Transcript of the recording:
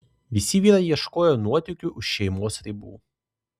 visi vyrai ieškojo nuotykių už šeimos ribų